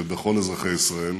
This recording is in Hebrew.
ובכל אזרחי ישראל,